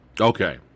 Okay